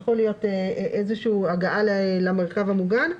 יכול להיות הגעה למרחב המוגן,